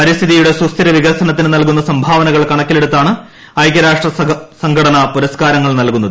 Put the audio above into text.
പരിസ്ഥിതിയുടെ സുസ്ഥിര വികസനത്തിന് നൽകുന്ന സംഭാവനകൾ കണക്കിലെടുത്താണ് ഐകൃരാഷ്ട്ര സംഘടന പുരസ്കാരങ്ങൾ നൽകുന്നത്